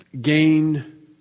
gain